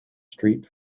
street